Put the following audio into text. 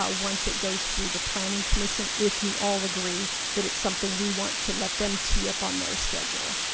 ah once it goes through the planning commission if you all agree that it's something we want to let them t up on their schedule